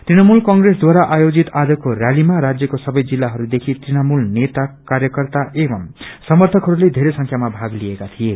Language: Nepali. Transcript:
तृणमूल कंप्रेसद्वारा आयोजित आजको रैलीमा राज्यको सवै जिल्लाहस्देखि तृणमूल नेता कार्यकर्ता एवं समर्यकहरूले बेरै संख्याामा भाग लिएका थिए